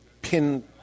pin